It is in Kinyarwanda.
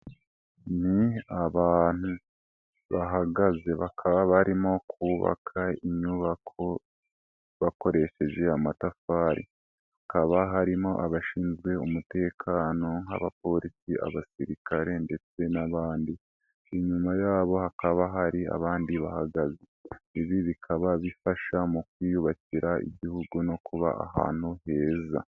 Ni abantu bahagaze bakaba barimo kubaka inyubako bakoresheje amatafari, hakaba harimo abashinzwe umutekano nk'abapolisi, abasirikare ndetse n'abandi, inyuma yabo hakaba hari abandi bahagaze, ibi bikaba bifasha mu kwiyubakira igihugu no kuba ahantu heza.